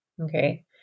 okay